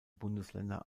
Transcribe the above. bundesländer